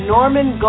Norman